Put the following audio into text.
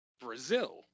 Brazil